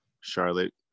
Charlotte